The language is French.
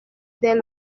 dès